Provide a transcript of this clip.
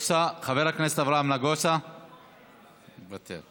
חבר הכנסת אברהם נגוסה, מוותר.